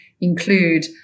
include